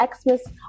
Xmas